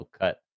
cut